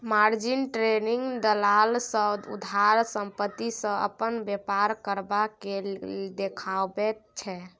margin trading दलाल सँ उधार संपत्ति सँ अपन बेपार करब केँ देखाबैत छै